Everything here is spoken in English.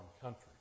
country